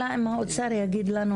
אלא אם האוצר יגיד לנו